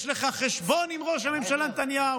יש לך חשבון עם ראש הממשלה נתניהו.